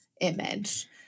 image